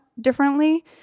differently